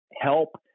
help